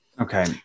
Okay